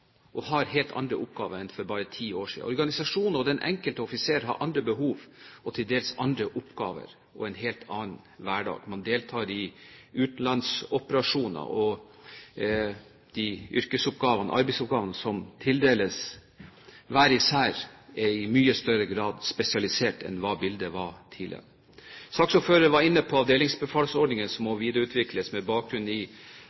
og har helt andre oppgaver, enn for bare ti år siden. Organisasjonen og den enkelte offiser har andre behov, til dels andre oppgaver og en helt annen hverdag. Man deltar i utenlandsoperasjoner, og de arbeidsoppgavene som tildeles hver især, er i mye større grad spesialisert enn hva bildet var tidligere. Nordtun på vegne av saksordføreren var inne på avdelingsbefalsordningen, som må videreutvikles med bakgrunn i